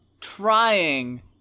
trying